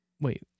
Wait